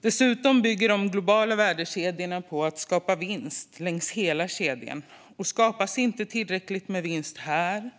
Dessutom bygger de globala värdekedjorna på att skapa vinst längs hela kedjan. Skapas inte tillräckligt med vinst här